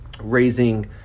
raising